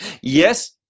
Yes